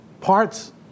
parts